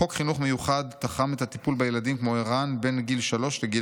"חוק חינוך מיוחד תחם את הטיפול בילדים כמו ערן בין גיל 3 לגיל